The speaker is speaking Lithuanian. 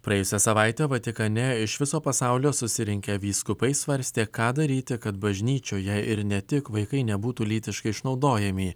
praėjusią savaitę vatikane iš viso pasaulio susirinkę vyskupai svarstė ką daryti kad bažnyčioje ir ne tik vaikai nebūtų lytiškai išnaudojami